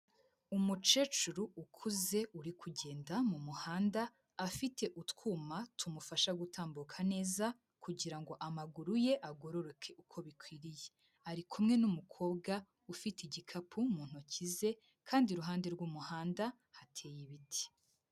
Umukecuru ukuze uri kugenda mu muhanda afite utwuma tumufasha gutambuka neza kugira ngo amaguru ye agororoke uko bikwiriye, ari kumwe n'umukobwa ufite igikapu mu ntoki ze kandi iruhande rw'umuhanda hateye ibiti.